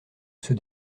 ceux